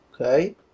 okay